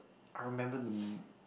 I remember the m~